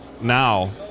Now